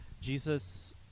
Jesus